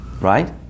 right